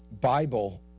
Bible